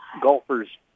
golfers